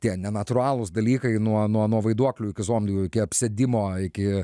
tie nenatūralūs dalykai nuo nuo nuo vaiduoklių iki zombių iki apsėdimo iki